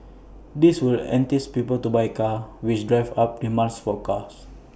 this will entice people to buy A car which drives up demands for cars